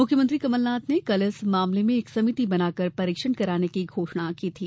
मुख्यमंत्री कमलनाथ ने कल इस मामले में एक समिति बना कर परीक्षण कराने की घोषणा की थी